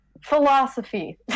philosophy